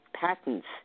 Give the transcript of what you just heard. patents